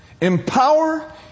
Empower